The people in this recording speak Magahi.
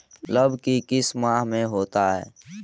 लव की किस माह में होता है?